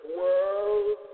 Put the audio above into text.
world